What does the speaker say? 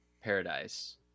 paradise